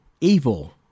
Evil